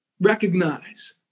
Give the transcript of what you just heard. recognize